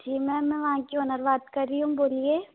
जी ma'am मैं वहाँ की ओनर बात कर रही हूँ बोलिए